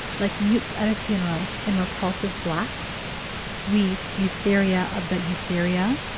like mutes at a funeral, in repulsive black we, eutheria of the eutheria,